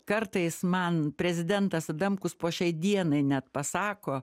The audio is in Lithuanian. kartais man prezidentas adamkus po šiai dienai net pasako